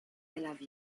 love